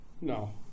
no